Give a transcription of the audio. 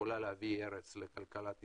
שיכולה להביא הרס לכלכלת ישראל,